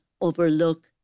overlook